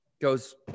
goes